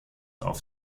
auf